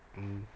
mm